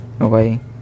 Okay